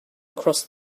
across